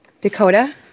Dakota